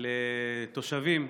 על תושבים,